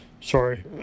Sorry